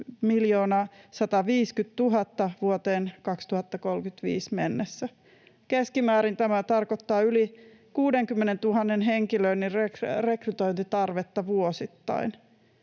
1 150 000 vuoteen 2035 mennessä. Keskimäärin tämä tarkoittaa yli 60 000 henkilön rekrytointitarvetta vuosittain.